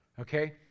okay